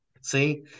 see